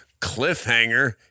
Cliffhanger